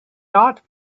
not